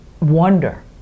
wonder